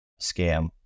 scam